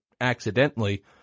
accidentally